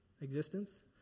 existence